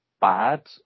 bad